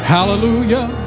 Hallelujah